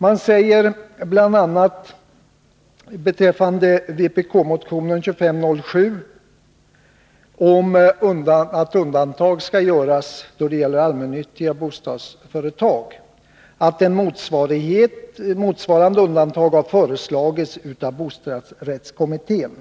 Beträffande yrkandet i vpk-motionen 2507 om att undantag skall göras för allmännyttiga bostadsföretag säger man bl.a. att motsvarande undantag har föreslagits av bostadsrättskommittén.